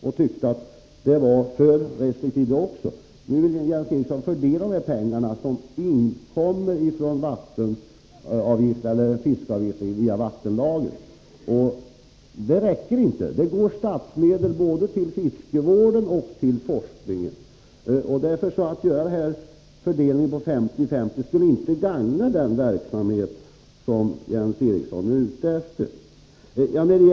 Han tyckte att det var för restriktivt. Nu vill Jens Eriksson fördela de pengar som vattenlagens bestämmelse om fiskeavgiftsmedel inbringar, men de räcker inte. Det utgår statsmedel till både fiskevården och forskningen. En fördelning på 50-50 skulle därför inte gagna den verksamhet som Jens Eriksson är ute efter att främja.